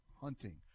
hunting